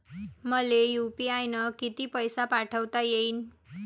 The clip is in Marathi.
मले यू.पी.आय न किती पैसा पाठवता येईन?